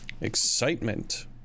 excitement